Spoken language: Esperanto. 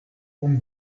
kun